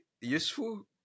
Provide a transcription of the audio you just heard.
useful